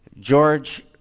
George